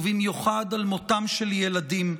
ובמיוחד על מותם של ילדים.